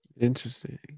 Interesting